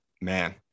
man